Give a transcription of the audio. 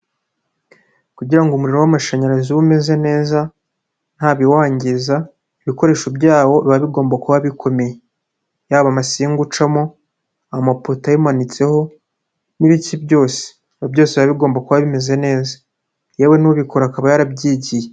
Kugira ngo umuriro w'amashanyarazi ube umeze neza, ntabiwangiza, ibikoresho byawo biba bigomba kuba bikomeye, yaba amasinga ucamo, amapoto ayimanitseho, n'ibiki byose, byose biba bigomba kuba bimeze neza, yewe n'ubikora akaba yarabyigiye.